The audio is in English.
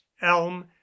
elm